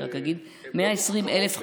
יש 120,000,